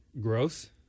Gross